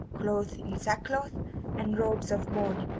clothed in sackcloth and robes of mourning,